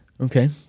Okay